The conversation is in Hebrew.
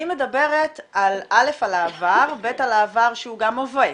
אני מדברת על העבר וגם על העבר שהוא גם הווה.